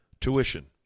tuition